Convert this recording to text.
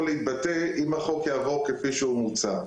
להתבטא אם החוק יעבור כפי שהוא מוצע.